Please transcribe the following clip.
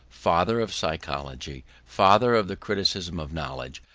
father of psychology, father of the criticism of knowledge,